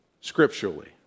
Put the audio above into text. scripturally